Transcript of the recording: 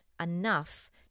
enough